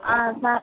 ആഹ് മാ